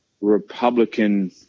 Republican